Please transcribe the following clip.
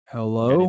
Hello